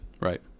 Right